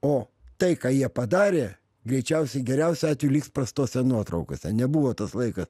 o tai ką jie padarė greičiausiai geriausiu atveju liks prastose nuotraukose nebuvo tas laikas